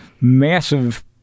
massive